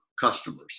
customers